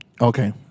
Okay